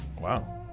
Wow